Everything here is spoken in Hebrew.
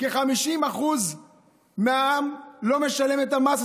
כ-50% מהעם לא משלם את המס,